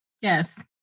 Yes